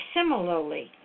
similarly